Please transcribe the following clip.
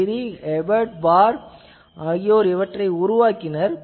கிரி மற்றும் எவர்ட் ஃபார் ஆகியோர் இதனை உருவாக்கினர்